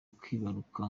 kwibaruka